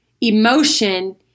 emotion